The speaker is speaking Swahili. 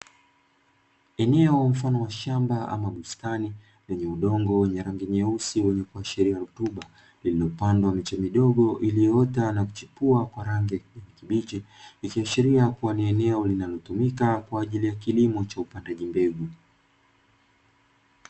Eneo mfano wa shamba ama bustani lenye udongo wenye rangi nyeusi wenye kuashiria rutuba, yenye kupandwa miche midogo, iliyoota na kuchipua kwa rangi ya kijani kibichi, ikiashiria kuwa ni eneo linalotumika kwa ajili ya kilimo cha upandaji mbegu.